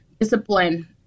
discipline